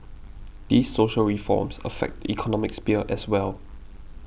these social reforms affect the economic sphere as well